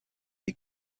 des